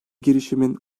girişimin